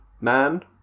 man